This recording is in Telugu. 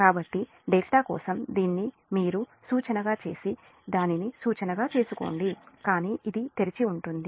కాబట్టి ∆ కోసం మీరు దీన్ని సూచనగా చేసి దానిని సూచనగా చేసుకోండి కానీ ఇది తెరిచి ఉంటుంది